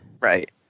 Right